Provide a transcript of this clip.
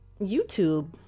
YouTube